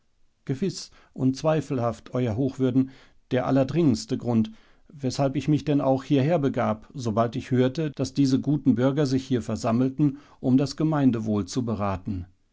gewiß unzweifelhaft euer hochwürden der allerdringendste grund weshalb ich mich denn auch hierher begab sobald ich hörte daß diese guten bürger sich hier versammelten um das gemeindewohl zu beraten